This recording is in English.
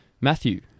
Matthew